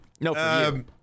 No